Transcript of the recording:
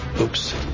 oops